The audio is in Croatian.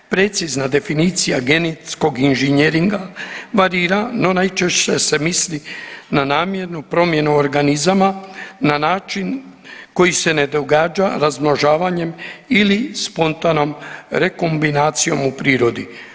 Precizna definicija genetskog inženjeringa varira, no najčešće se misli na namjernu promjenu organizama na način koji se ne događa razmnožavanjem ili spontanom rekombinacijom u prirodi.